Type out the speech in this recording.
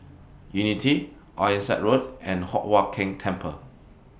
Unity Ironside Road and Hock Huat Keng Temple